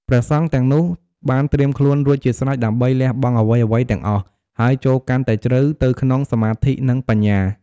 ព្រះសង្ឃទាំងនោះ បានត្រៀមខ្លួនរួចជាស្រេចដើម្បីលះបង់អ្វីៗទាំងអស់ ហើយចូលកាន់តែជ្រៅទៅក្នុងសមាធិ និងបញ្ញា។